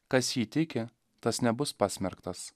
kas jį tiki tas nebus pasmerktas